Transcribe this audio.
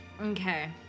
Okay